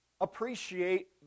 appreciate